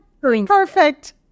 Perfect